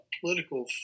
political